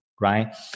right